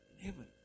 heaven